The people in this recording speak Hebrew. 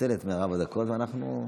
תנצל את מרב הדקות, ואנחנו נתחשב.